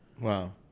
Wow